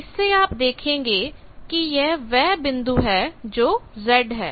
इससे आप देखेंगे कि यह वह बिंदु है जो Z है